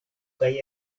kaj